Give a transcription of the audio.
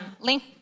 Link